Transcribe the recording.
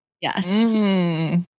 Yes